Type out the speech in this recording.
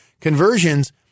Conversions